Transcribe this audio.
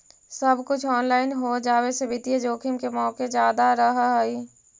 सब कुछ ऑनलाइन हो जावे से वित्तीय जोखिम के मोके जादा रहअ हई